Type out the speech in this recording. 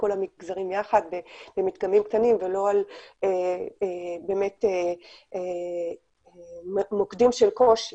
לכל המגזרים ביחד במדגמים קטנים ולא על באמת מוקדים של קושי